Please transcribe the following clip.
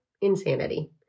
insanity